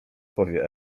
powie